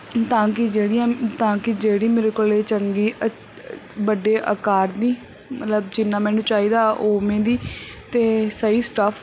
ਤਾਂ ਕੀ ਜਿਹੜੀਆਂ ਤਾਂ ਕੀ ਜਿਹੜੀ ਮੇਰੇ ਕੋਲੇ ਚੰਗੀ ਵੱਡੇ ਆਕਾਰ ਦੀ ਮਤਲਬ ਜਿੰਨਾ ਮੈਨੂੰ ਚਾਹੀਦਾ ਉਵੇਂ ਦੀ ਤੇ ਸਹੀ ਸਟੱਫ